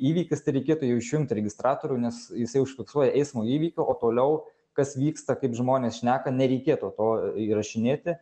įvykis tai reikėtų jau išjungti registratorių nes jisai užfiksuoja eismo įvykį o toliau kas vyksta kaip žmonės šneka nereikėtų to įrašinėti